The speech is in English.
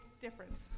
difference